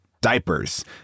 diapers